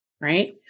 right